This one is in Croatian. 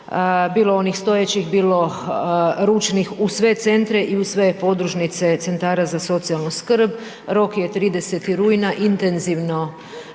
bilo onih stojećih, bilo ručnih u sve centre i u sve podružnice centara za socijalnu skrb, rok je 30. rujna, intenzivno